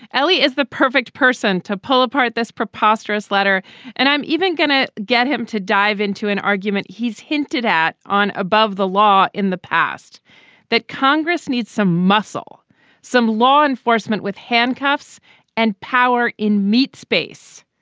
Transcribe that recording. l a. is the perfect person to pull apart this preposterous letter and i'm even going to get him to dive into an argument he's hinted at on above the law in the past that congress needs some muscle some law enforcement with handcuffs and power in meatspace.